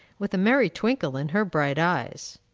with a merry twinkle in her bright eyes.